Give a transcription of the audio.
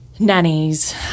Nannies